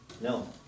No